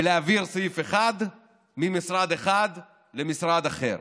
בלהעביר סעיף אחד ממשרד אחד למשרד אחר.